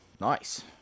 nice